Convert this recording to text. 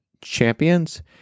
Champions